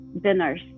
dinners